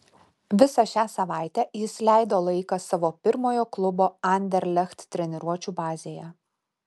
visą šią savaitę jis leido laiką savo pirmojo klubo anderlecht treniruočių bazėje